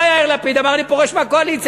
בא יאיר לפיד, אמר: אני פורש מהקואליציה.